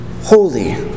holy